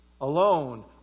alone